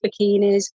bikinis